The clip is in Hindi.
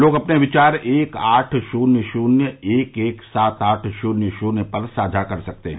लोग अपने पिचार एक आठ शून्य शून्य एक एक सात आठ शून्य शून्य पर साझा कर सकते हैं